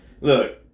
Look